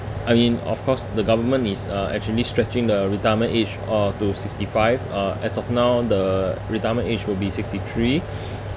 I mean of course the government is uh actually stretching the retirement age uh to sixty-five uh as of now the retirement age will be sixty- three